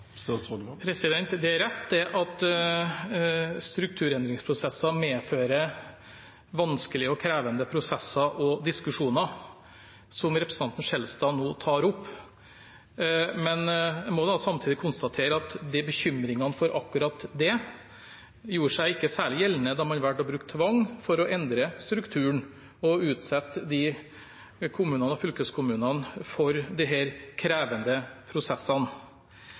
Det er rett at strukturendringsprosesser medfører vanskelige og krevende prosesser og diskusjoner, slik representanten Skjelstad nå tar opp. Men jeg må samtidig konstatere at bekymringene for akkurat det gjorde seg ikke særlig gjeldende da man valgte å bruke tvang for å endre strukturen og utsette de kommunene og fylkeskommunene for disse krevende prosessene.